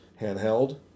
handheld